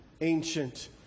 ancient